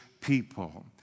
people